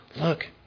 look